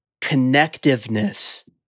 connectiveness